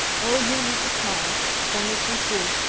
oh, you needn't smile. it's only too true.